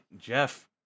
Jeff